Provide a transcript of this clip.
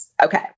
Okay